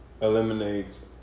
Eliminates